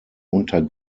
unter